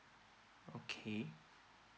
okay